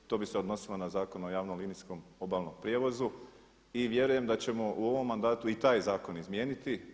To bi se odnosilo na Zakon o javnolinijskom obalnom prijevozu i vjerujem da ćemo u ovom mandatu i taj zakon izmijeniti.